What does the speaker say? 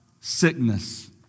sickness